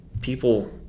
people